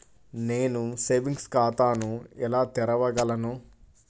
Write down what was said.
నేను సేవింగ్స్ ఖాతాను ఎలా తెరవగలను?